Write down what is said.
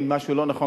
אם משהו לא נכון,